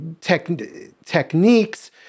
techniques